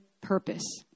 purpose